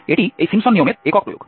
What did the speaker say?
এটি এই সিম্পসন নিয়মের একক প্রয়োগ